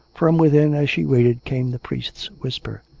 from within, as she waited, came the priest's whisper.